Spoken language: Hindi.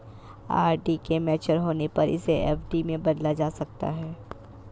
आर.डी के मेच्योर होने पर इसे एफ.डी में बदला जा सकता है